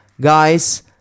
guys